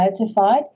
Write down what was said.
notified